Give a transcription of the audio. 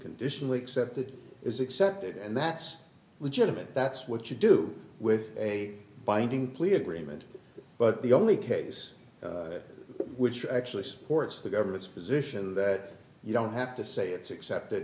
conditionally accepted is accepted and that's legitimate that's what you do with a binding plea agreement but the only case which actually supports the government's position that you don't have to say it's accepted